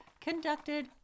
conducted